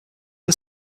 the